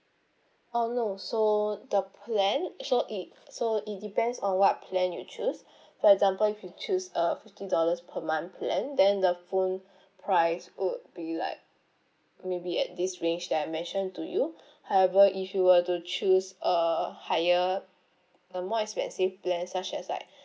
oh no so the plan so it so it depends on what plan you choose for example if you choose a fifty dollars per month plan then the phone price would be like maybe at this range that I mentioned to you however if you were to choose a higher a more expensive plan such as like